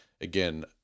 again